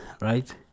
right